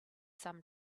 some